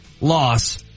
loss